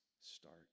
start